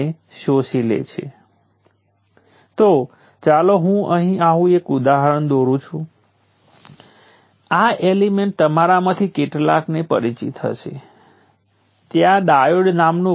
હું ત્રણ વોલ્ટના સોર્સ ઉપર વિચાર કરીશ અને હું પ્રથમ વેરીએબલને મને ગમે તે રીતે વ્યાખ્યાયિત કરી શકું છું